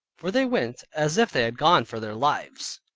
for they went as if they had gone for their lives,